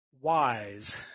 Wise